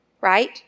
right